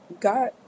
got